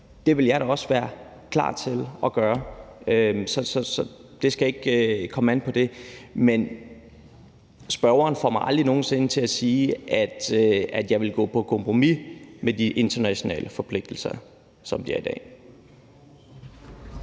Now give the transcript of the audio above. Det vil jeg da også være klar til at gøre. Så det skal ikke komme an på det. Men spørgeren får mig aldrig nogen sinde til at sige, at jeg vil gå på kompromis med de internationale forpligtelser, som de er i dag.